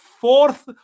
fourth